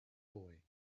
boy